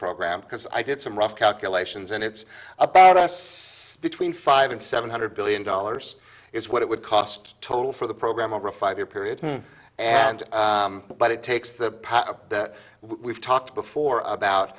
program because i did some rough calculations and it's about us between five and seven hundred billion dollars is what it would cost total for the program over a five year period and what it takes the power that we've talked before about